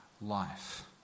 life